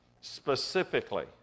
specifically